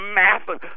massive